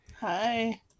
hi